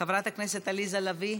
חברת הכנסת עליזה לביא,